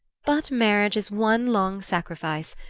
but marriage is one long sacrifice,